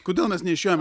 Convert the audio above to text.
kodėl mes neišėjom